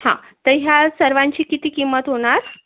हां तर ह्या सर्वांची किती किंमत होणार